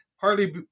partly